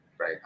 right